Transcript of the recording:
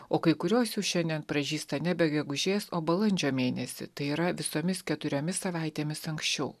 o kai kurios jų šiandien pražysta nebe gegužės o balandžio mėnesį tai yra visomis keturiomis savaitėmis anksčiau